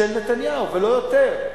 של נתניהו, ולא יותר,